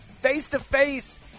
face-to-face